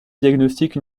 diagnostique